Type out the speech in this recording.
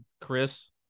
Chris